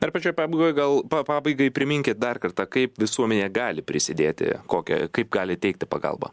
dar pačioj pabaigoj gal pa pabaigai priminkit dar kartą kaip visuomenė gali prisidėti kokią kaip gali teikti pagalbą